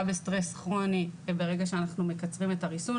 בסטרס כרוני ברגע שאנחנו מקצרים את הריסון.